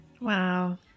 Wow